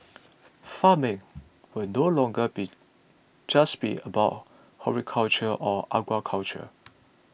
farming will no longer be just be about horticulture or aquaculture